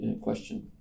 question